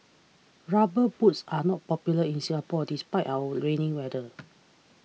rubber boots are not popular in Singapore despite our rainy weather